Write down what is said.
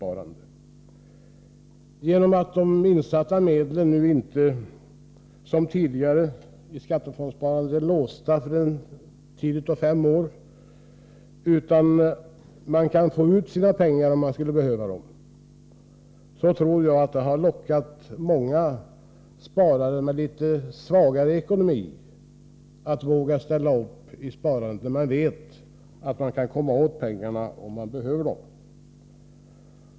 Att de insatta medlen inte — som fallet var i skattefondssparandet — är låsta för en tid av fem år utan att spararna kan få ut sina pengar om de skulle behöva dem tror jag har lockat många sparare med litet svagare ekonomi. De vågar ställa upp i sparandet när de nu vet att de kan komma åt pengarna om de behöver dem.